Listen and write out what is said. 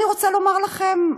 אני רוצה לומר לכם,